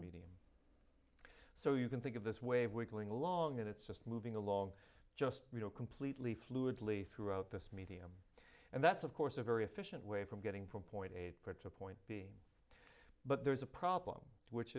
medium so you can think of this wave wiggling along and it's just moving along just completely fluidly throughout this meeting and that's of course a very efficient way from getting from point a critter point b but there's a problem which